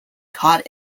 caught